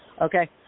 okay